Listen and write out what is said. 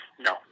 No